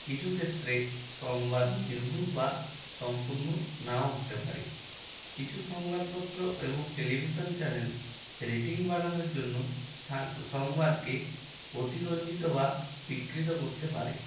কিছু ক্ষেত্রে সংবাদ নির্ভুল বা সম্পূর্ণ নাও হতে পারে কিছু সংবাদপত্র এবং টেলিভিশন চ্যানেল রেটিং বাড়ানোর জন্য সংবাদকে অতিরঞ্জিত বা বিকৃত করতে পারে